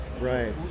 right